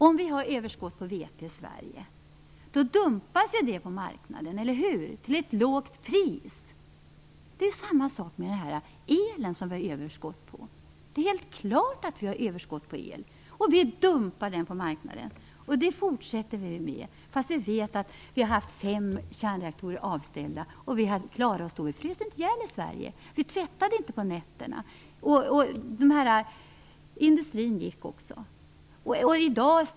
Om vi har överskott på vete i Sverige, dumpas det på marknaden till ett låst pris. Det är samma sak med vårt överskott av el. Det är helt klart att vi har ett elöverskott, och vi dumpar detta på marknaden. Detta fortsätter vi med fastän vi vet att vi har haft fem kärnreaktorer avställda och ändå har klarat oss. Vi frös då inte ihjäl i Sverige, och vi behövde inte tvätta på nätterna. Också industrins verksamhet fortgick.